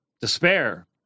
despair